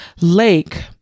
lake